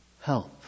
help